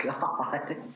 God